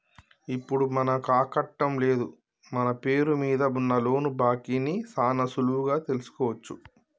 ఇప్పుడు మనకాకట్టం లేదు మన పేరు మీద ఉన్న లోను బాకీ ని సాన సులువుగా తెలుసుకోవచ్చు